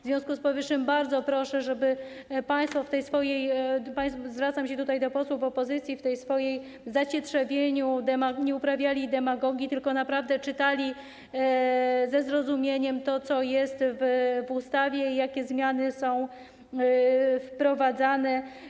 W związku z powyższym bardzo proszę, żeby państwo - zwracam się tutaj do posłów opozycji - w swoim zacietrzewieniu nie uprawiali demagogii, tylko naprawdę czytali ze zrozumieniem to, co jest w ustawie, jakie zmiany są wprowadzane.